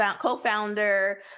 co-founder